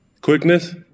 quickness